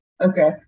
Okay